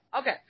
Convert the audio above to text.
Okay